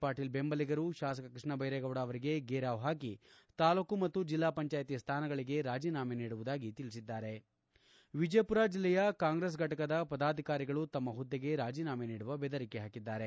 ಪಾಟೀಲ್ ಬೆಂಬಲಿಗರು ಶಾಸಕ ಕೃಷ್ಣ ಭೈರೇಗೌಡ ಅವರಿಗೆ ಫೇರಾವ್ ಹಾಕಿ ತಾಲೂಕು ಮತ್ತು ಜಿಲ್ಲಾ ಪಂಚಾಯತಿ ಸ್ಥಾನಗಳಗೆ ರಾಜೀನಾಮೆ ನೀಡುವುದಾಗಿ ತಿಳಿಸಿದ್ದಾರೆ ಮತ್ತು ವಿಜಯಪುರ ಜಿಲ್ಲೆಯ ಕಾಂಗ್ರೆಸ್ ಫಟಕದ ಪದಾಧಿಕಾರಿಗಳೂ ತಮ್ನ ಹುದ್ದೆಗೆ ರಾಜೀನಾಮೆ ನೀಡುವ ಬೆದರಿಕೆ ಹಾಕಿದ್ದಾರೆ